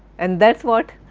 and that's what